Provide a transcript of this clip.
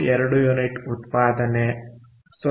2 unit ಉತ್ಪಾದನೆ 0